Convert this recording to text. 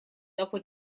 dopo